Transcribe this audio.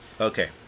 Okay